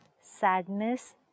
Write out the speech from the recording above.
sadness